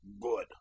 good